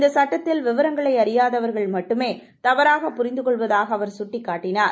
இந்த சுட்டத்திலுள்ள விவரங்களை அறியாதவர்கள் மட்டுமே தவறாக புரிந்து கொள்வதாக அவர் கட்டிக் காட்டினார்